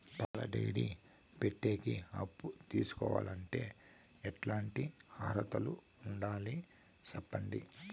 పాల డైరీ పెట్టేకి అప్పు తీసుకోవాలంటే ఎట్లాంటి అర్హతలు ఉండాలి సెప్పండి?